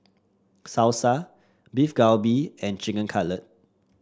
Salsa Beef Galbi and Chicken Cutlet